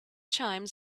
chimes